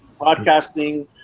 podcasting